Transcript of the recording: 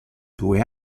due